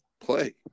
play